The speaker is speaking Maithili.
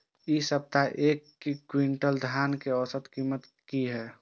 इ सप्ताह एक क्विंटल धान के औसत कीमत की हय?